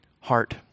heart